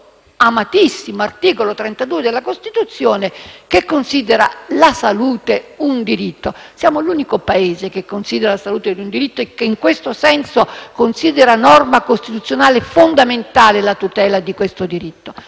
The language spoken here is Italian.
amatissimo articolo 32 della Costituzione che considera la salute un diritto. Siamo l'unico Paese che considera la salute un diritto e che in questo senso considera norma costituzionale fondamentale la tutela di tale diritto.